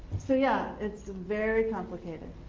so yeah, it's very complicated.